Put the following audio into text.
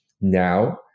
now